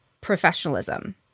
professionalism